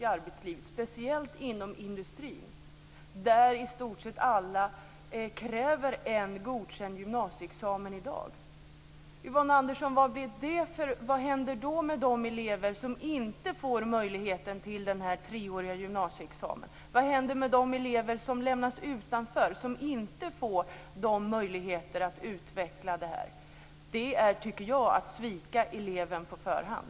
I arbetslivet, speciellt inom industrin, kräver i stort sett alla en godkänd gymnasieexamen i dag. Vad händer då med de elever som inte får möjligheten till den treåriga gymnasieexamen? Vad händer med de elever som lämnas utanför, som inte får möjligheter att utvecklas? Det är att svika eleven på förhand.